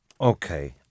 Okay